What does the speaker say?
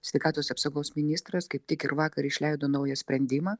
sveikatos apsaugos ministras kaip tik ir vakar išleido naują sprendimą